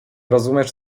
rozumiesz